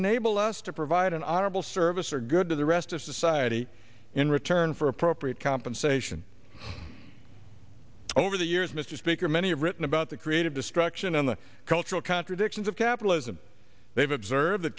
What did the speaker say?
enable us to provide an honorable service or good to the rest of society in return for appropriate compensation over the years mr speaker many written about the creative destruction and the cultural contradictions of capitalism they've observed th